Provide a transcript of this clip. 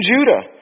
Judah